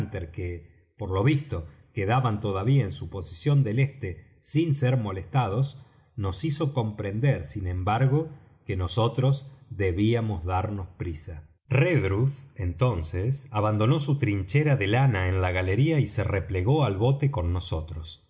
que por lo visto quedaban todavía en su posición del este sin ser molestados nos hizo comprender sin embargo que nosotros debíamos darnos prisa redruth entonces abandonó su trinchera de lana en la galería y se replegó al bote con nosotros